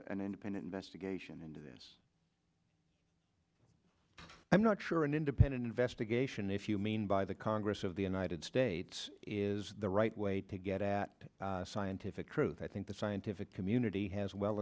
an independent investigation into this i'm not sure an independent investigation if you mean by the congress of the united states is the right way to get at scientific truth i think the scientific community has well